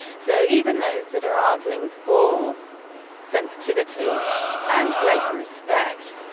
so even those that are arguing for sensitivity and greater respect,